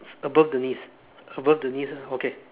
above the knees above the knees ah okay